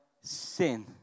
sin